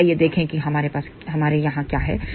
तो आइए देखें कि हमारे यहाँ क्या है